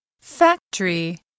Factory